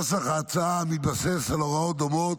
נוסח ההצעה מתבסס על הוראות דומות